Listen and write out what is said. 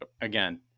again